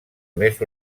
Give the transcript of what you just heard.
més